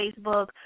Facebook